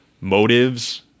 motives